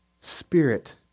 spirit